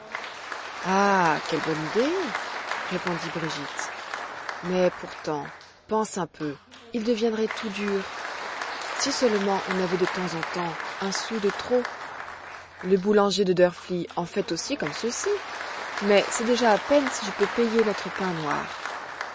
ah quelle bonne idée répondit brigitte mais pourtant pense un peu ils deviendraient tout durs si seulement on avait de temps en temps un sou de trop le boulanger de drfli en fait aussi comme ceux-ci mais c'est déjà à peine si je peux payer notre pain noir